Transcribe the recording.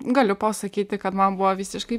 galiu pasakyti kad man buvo visiškai